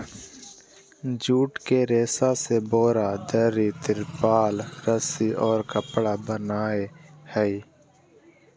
jute के रेशा से बोरा, दरी, तिरपाल, रस्सि और कपड़ा बनय हइ